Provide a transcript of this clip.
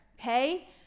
okay